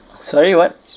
sorry what